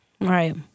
Right